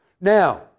Now